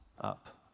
up